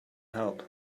help